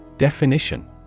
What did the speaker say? Definition